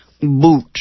boot